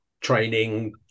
training